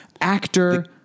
Actor